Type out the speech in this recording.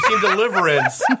Deliverance